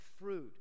fruit